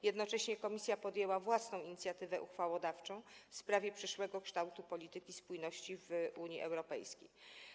Jednocześnie komisja podjęła własną inicjatywę uchwałodawczą w sprawie przyszłego kształtu polityki spójności w Unii Europejskiej.